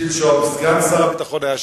גם סגן שר הביטחון היה שם.